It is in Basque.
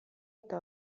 eta